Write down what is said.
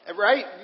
Right